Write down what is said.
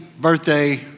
birthday